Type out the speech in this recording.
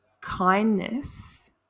kindness